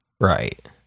Right